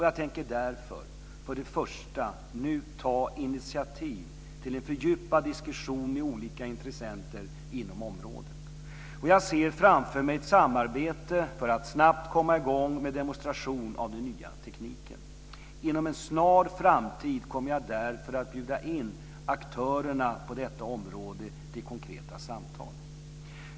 Jag tänker därför, för det första, nu ta initiativ till en fördjupad diskussion med olika intressenter inom området. Jag ser framför mig ett samarbete för att snabbt komma i gång med en demonstration av den nya tekniken. Inom en snar framtid kommer jag därför att bjuda in aktörerna på detta område till konkreta samtal.